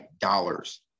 dollars